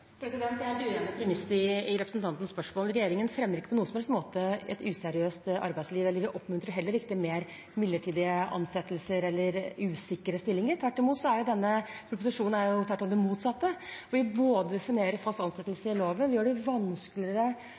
Jeg er helt uenig i premisset i representantens spørsmål. Regjeringen fremmer ikke på noen som helst måte et useriøst arbeidsliv og oppmuntrer heller ikke til mer midlertidige ansettelser eller usikre stillinger. Denne proposisjonen er tvert om det motsatte, og vil både definere fast ansettelse i loven og gjøre det vanskeligere